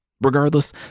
Regardless